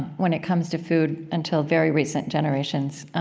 when it comes to food, until very recent generations,